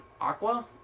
Aqua